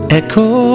echo